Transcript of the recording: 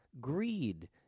greed